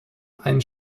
ein